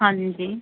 ਹਾਂਜੀ